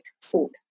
food